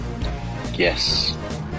Yes